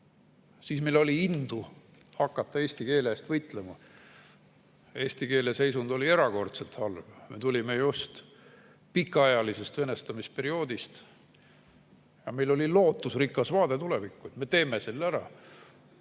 siis meil oli indu hakata eesti keele eest võitlema. Eesti keele seisund oli erakordselt halb, me tulime just pikaajalisest venestamisperioodist, aga meil oli lootusrikas vaade tulevikku, et me teeme selle ära.